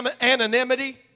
anonymity